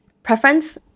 preference